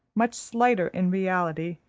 much slighter in reality,